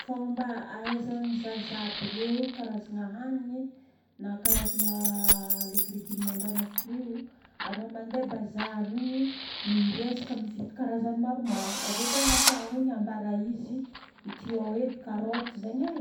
Fomba ahaizan'ny zaza aby reo karazagna hanigny na karazagna légulégumen-draha na fruit io. Anao mandeha bazary igny, miezaka mividy karazagny maromaro. Ave tonga an-tragno igny ambara izy ity ô edy karaoty zegny e,